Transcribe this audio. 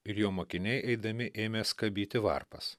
ir jo mokiniai eidami ėmė skabyti varpas